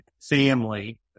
family